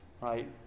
Right